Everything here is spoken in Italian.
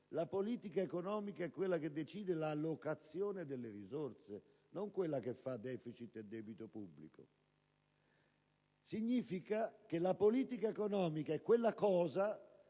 la politica economica è quella che decide l'allocazione delle risorse, non quella che fa *deficit* e debito pubblico. La politica economica è quella cosa